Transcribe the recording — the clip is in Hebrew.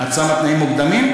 את שמה תנאים מוקדמים?